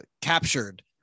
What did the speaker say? captured